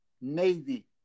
Navy